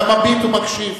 גם מביט ומקשיב.